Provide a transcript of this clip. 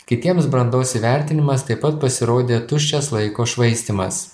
kitiems brandos įvertinimas taip pat pasirodė tuščias laiko švaistymas